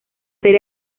serie